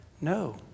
No